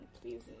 please